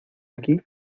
aquí